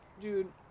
Dude